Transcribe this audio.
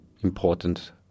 important